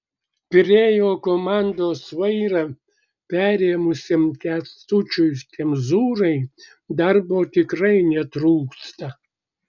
pirėjo komandos vairą perėmusiam kęstučiui kemzūrai darbo tikrai netrūksta